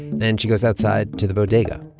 then she goes outside to the bodega